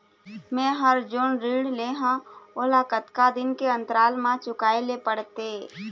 मैं हर जोन ऋण लेहे हाओ ओला कतका दिन के अंतराल मा चुकाए ले पड़ते?